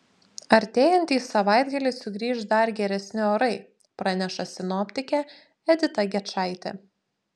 artėjantį savaitgalį sugrįš dar geresni orai praneša sinoptikė edita gečaitė